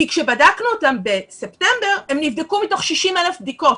כי כשבדקנו אותם בספטמבר הם נבדקו מתוך 60,000 בדיקות.